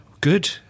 good